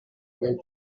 avec